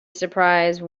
surprised